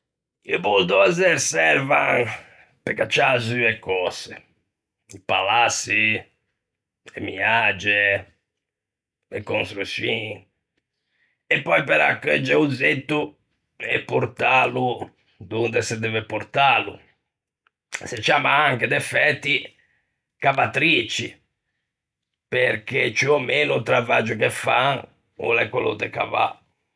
I buldozer servan pe cacciâ zu e cöse, i palaçi, e miage, e construçioin, e pöi pe raccheugge o zetto e portâlo donde se deve portâlo; se ciamman anche, de fæti, cavatrici, perché ciù ò meno o travaggio che fan o l'é quello de cavâ.